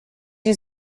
you